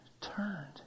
turned